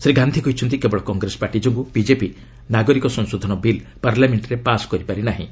ଶ୍ରୀ ଗାନ୍ଧି କହିଛନ୍ତି କେବଳ କଂଗ୍ରେସ ପାର୍ଟି ଯୋଗୁଁ ବିଜେପି ନାଗରିକ ସଂଶୋଧନ ବିଲ୍ ପାର୍ଲାମେକ୍ଷରେ ପାସ୍ କରି ପାରିନାହିଁ